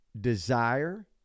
desire